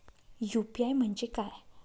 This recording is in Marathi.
यू.पी.आय म्हणजे काय?